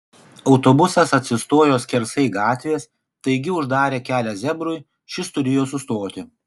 autobusas atsistojo skersai gatvės taigi uždarė kelią zebrui šis turėjo sustoti